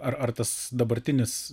ar ar tas dabartinis